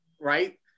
Right